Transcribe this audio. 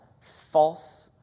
false